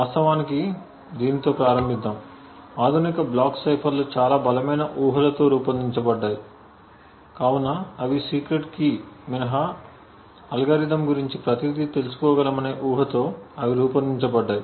వాస్తవానికి దీనితో ప్రారంభిద్దాం ఆధునిక బ్లాక్ సైఫర్లు చాలా బలమైన ఊహలతో రూపొందించబడ్డాయి కాబట్టి అవి సీక్రెట్ కీ మినహా అల్గోరిథం గురించి ప్రతిదీ తెలుసుకోగలమనే ఊహతో అవి రూపొందించబడ్డాయి